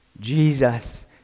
Jesus